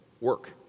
work